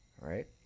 right